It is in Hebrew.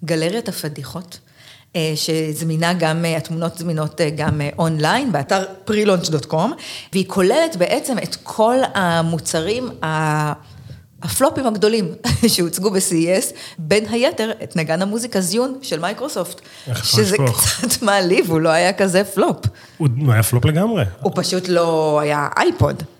גלריית הפדיחות, אה, שזמינה גם, אה, התמונות זמינות, אה, גם, אה, online, באתר prelaunch.com, והיא כוללת בעצם את כל המוצרים, ה- הפלופים הגדולים שהוצגו ב-CES, בין היתר, את נגן המוזיקה זיון של מייקרוסופט, איך אפשר שזה לשכוח? קצת מעליב, הוא לא היה כזה flop. הוא- הוא היה flop לגמרי. הוא פשוט לא היה אייפוד.